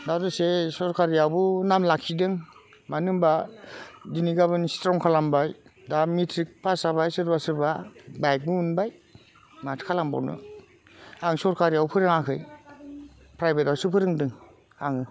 दा अबयस्से सोरकारियावबो नाम लाखिदों मानो होम्बा दिनै गाबोन स्ट्रं खालामबाय दा मेथ्रिक पास जाबाय सोरबा सोरबा बाइकबो मोनबाय माथो खालामबावनो आं सोरखारियाव फोरोङाखै प्राइभेटावसो फोरोंदों आङो